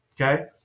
Okay